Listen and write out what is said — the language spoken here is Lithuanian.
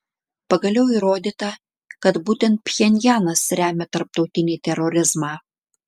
pagaliau įrodyta kad būtent pchenjanas remia tarptautinį terorizmą